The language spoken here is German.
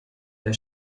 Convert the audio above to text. der